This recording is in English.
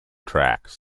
tracks